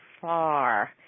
far